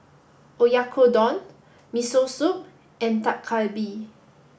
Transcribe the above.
Oyakodon Miso Soup and Dak Galbi